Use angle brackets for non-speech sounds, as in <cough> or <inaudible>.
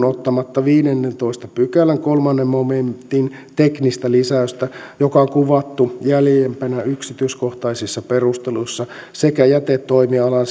<unintelligible> ottamatta viidennentoista pykälän kolmannen momentin teknistä lisäystä joka on kuvattu jäljempänä yksityiskohtaisissa perusteluissa sekä jätetoimialan <unintelligible>